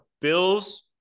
Bills